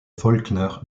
faulkner